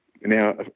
Now